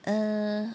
uh